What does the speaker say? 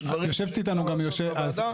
יושבת איתנו גם ענבר.